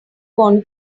gonna